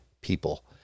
people